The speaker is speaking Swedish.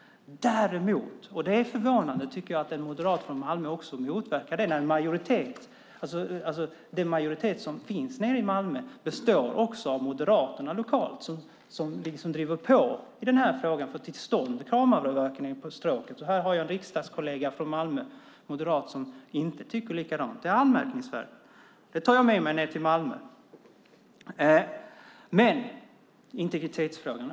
Däremot är det förvånande att en moderat från Malmö motverkar detta när den majoritet som finns nere i Malmö också består av Moderaterna lokalt. De driver på i den här frågan för att få till stånd kameraövervakning på Stråket. Här har jag en moderat riksdagskollega från Malmö som inte tycker likadant. Det är anmärkningsvärt, och det tar jag med mig ned till Malmö. Jag återvänder igen till integritetsfrågan.